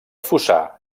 fossar